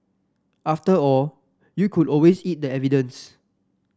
after all you could always eat the evidence